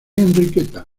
enriqueta